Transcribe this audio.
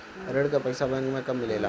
ऋण के पइसा बैंक मे कब मिले ला?